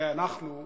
ואנחנו,